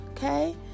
okay